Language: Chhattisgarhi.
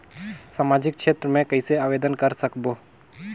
समाजिक क्षेत्र मे कइसे आवेदन कर सकबो?